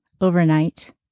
overnight